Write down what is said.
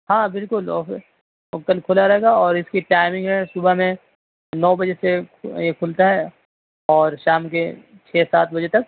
ہاں بالکل آف ہے اور کل کھلا رہے گا اور اس کی ٹائمنگ ہے صبح میں نو بجے سے یہ کھلتا ہے اور شام کے چھ سات بجے تک